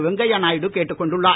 வெங்கய்ய நாயுடு கேட்டுக் கொண்டுள்ளார்